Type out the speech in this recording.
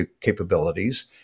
capabilities